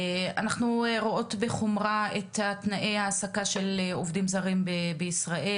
אנחנו רואות בחומרה את תנאי ההעסקה של עובדים זרים בישראל,